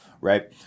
right